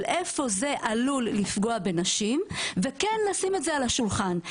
של איפה זה עלול לפגוע בנשים וכן לשים את זה על השולחן.